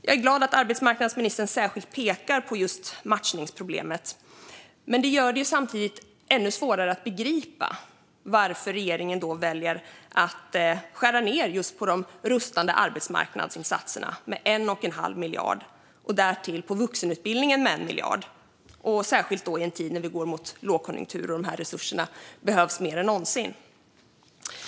Jag är glad att arbetsmarknadsministern pekar särskilt på just matchningsproblemet, men det gör det samtidigt ännu svårare att begripa varför regeringen väljer att skära ned på just de rustande arbetsmarknadsinsatserna med 1 1⁄2 miljard och därtill på vuxenutbildningen med 1 miljard, särskilt i en tid när vi går mot lågkonjunktur och dessa resurser behövs mer än någonsin.